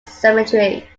cemetery